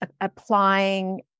applying